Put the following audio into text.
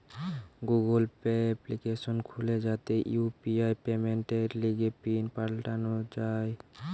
Google Pay application খুলে যাতে UPI পেমেন্টের লিগে পিন পাল্টানো যায়